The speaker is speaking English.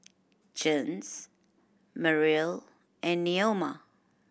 Jens Meryl and Neoma